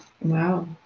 wow